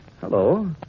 hello